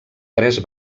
tres